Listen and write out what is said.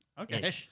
Okay